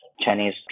Chinese